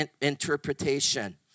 interpretation